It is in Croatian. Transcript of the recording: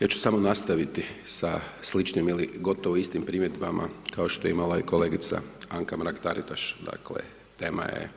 Ja ću samo nastaviti sa sličnim ili gotovo istim primjedbama kao što je imala kolegica Anka Mrak-Taritaš, dakle tema je